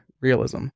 realism